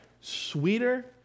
sweeter